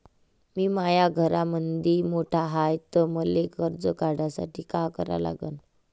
मी माया घरामंदी मोठा हाय त मले कर्ज काढासाठी काय करा लागन?